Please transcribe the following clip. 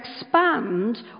expand